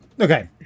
Okay